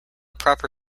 proper